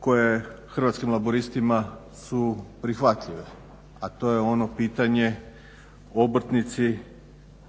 koje Hrvatskim laburistima su prihvatljive, a to je ono pitanje obrtnici